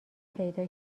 پیدا